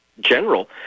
general